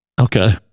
okay